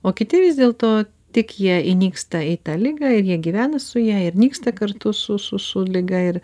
o kiti vis dėlto tik jie įnyksta į tą ligą ir jie gyvena su ja ir nyksta kartu su su su liga ir